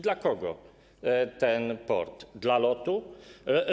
Dla kogo ten port? Dla LOT-u?